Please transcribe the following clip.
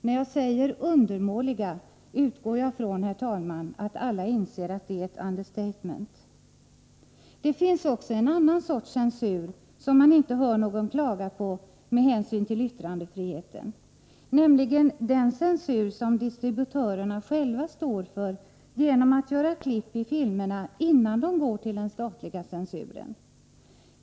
När jag säger undermåliga, utgår jag från, herr talman, att alla inser att det är ett understatement. Det finns också en annan sorts censur, som man inte hör någon klaga på med hänsyn till yttrandefriheten, nämligen den censur som distributörerna själva står för genom att göra klipp i filmerna innan dessa går till den statliga censuren.